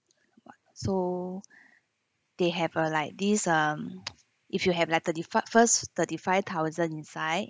so they have a like these um if you have like thirty fi~ first thirty five thousand inside